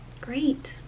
great